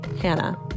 Hannah